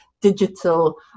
digital